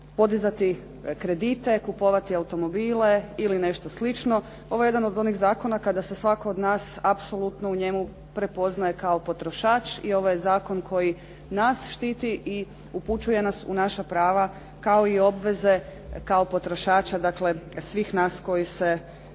podizati kredite, kupovati automobile ili nešto slično. Ovo je jedan od onih zakona kada se svatko od nas apsolutno u njemu prepoznaje kao potrošač i ovo je zakon koji nas štiti i upućuje nas u naša prava kao i obveze kao potrošača, dakle svih nas koji se u bilo kojem